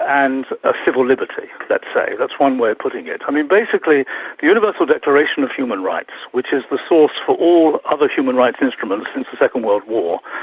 and a civil liberty, let's say, that's one way of putting it. i mean, basically the universal declaration of human rights, which is the source for all other human rights instruments since the second world war,